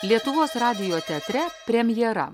lietuvos radijo teatre premjera